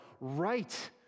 right